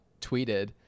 tweeted